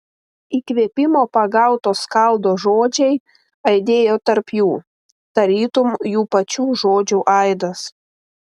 įkvėpimo pagauto skaldo žodžiai aidėjo tarp jų tarytum jų pačių žodžių aidas